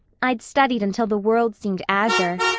i'd studied until the world seemed azure.